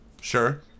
Sure